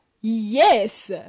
Yes